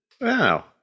Wow